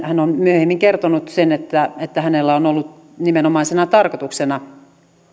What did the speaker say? hän on myöhemmin kertonut että että hänellä on ollut nimenomaisena tarkoituksena